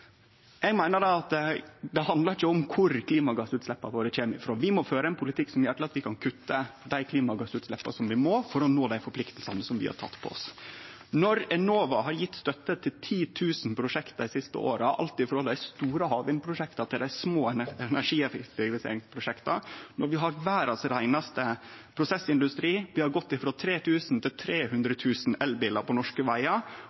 Eg meiner at det ikkje handlar om kor klimagassutsleppa våre kjem frå. Vi må føre ein politikk som gjer at vi kan kutte dei klimagassutsleppa som vi må, for å nå dei forpliktingane vi har teke på oss. Når Enova har gjeve støtte til 10 000 prosjekt dei siste åra, alt frå dei store havvindprosjekta til dei små energieffektiviseringsprosjekta, når vi har verdas reinaste prosessindustri, når vi har gått frå 3 000 til 300 000 elbilar på norske vegar,